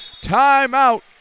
Timeout